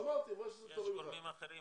יש גורמים אחרים ש --- אמרתי, מה שזה תלוי בך.